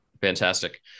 Fantastic